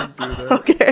Okay